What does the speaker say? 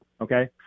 Okay